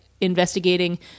investigating